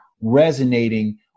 resonating